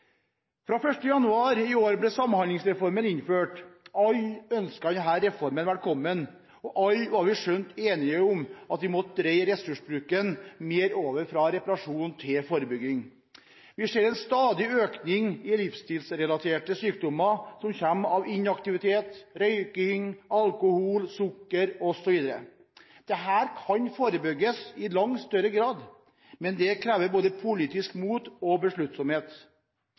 Fra 1. januar i år ble Samhandlingsreformen innført. Alle ønsket denne reformen velkommen, og alle var vi skjønt enige om at vi måtte dreie ressursbruken mer over fra reparasjon til forebygging. Vi ser en stadig økning i livsstilsrelaterte sykdommer som kommer av inaktivitet, røyking, alkohol, sukker osv. Dette kan forebygges i langt større grad, men det krever både politisk mot og besluttsomhet.